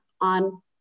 on